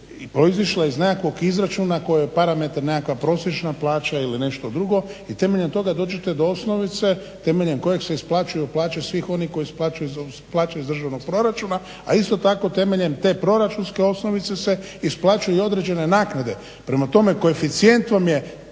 iz nekakvog izračuna koji je parametar nekakva prosječna plaća ili nešto drugo i temeljem toga dođete do osnovice temeljem koje se isplaćuju plaće svih onih koji se plaćaju iz državnog proračuna, a isto tako temeljem te proračunske osnovice se isplaćuju i određene naknade. Prema tome koeficijent vam je